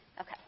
Okay